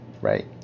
right